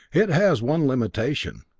it has one limitation.